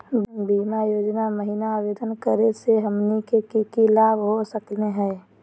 बीमा योजना महिना आवेदन करै स हमनी के की की लाभ हो सकनी हे?